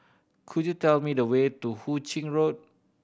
could you tell me the way to Hu Ching Road